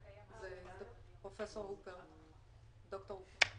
אז הגברת ענת סרגוסטי,